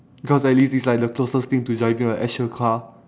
cause at least it's like the closest thing to driving a actual car